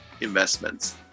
investments